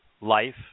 life